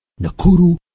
Nakuru